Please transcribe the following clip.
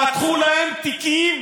פתחו להן תיקים.